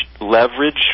leverage